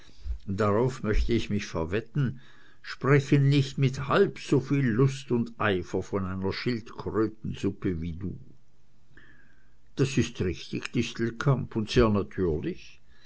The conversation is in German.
darauf möcht ich mich verwetten sprechen nicht mit halb soviel lust und eifer von einer schildkrötensuppe wie du das ist richtig distelkamp und sehr natürlich